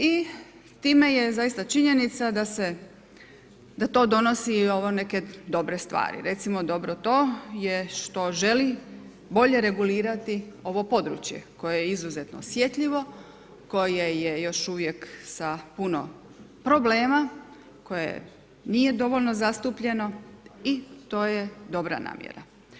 I time je zaista činjenica da to donosi neke dobre stvari, recimo dobro to je što želi bolje regulirati ovo područje koje je izuzetno osjetljivo, koje je još uvijek sa puno problema, koje nije dovoljno zastupljeno i to je dobra namjera.